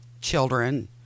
children